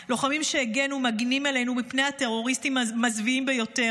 לוחמים שהגנו ומגינים עלים מפני הטרוריסטים המזוויעים ביותר,